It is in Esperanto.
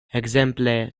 ekzemple